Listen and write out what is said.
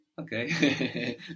Okay